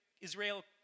Israel